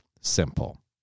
simple